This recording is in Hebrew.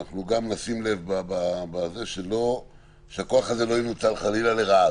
נשים לב שהכוח הזה לא ינוצל, חלילה, לרעה.